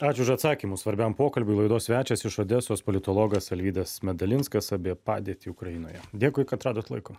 ačiū už atsakymus svarbiam pokalbių laidos svečias iš odesos politologas alvydas medalinskas apie padėtį ukrainoje dėkui kad radot laiko